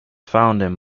founding